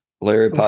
Larry